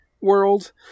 world